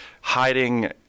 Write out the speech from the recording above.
hiding